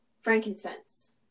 Frankincense